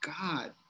God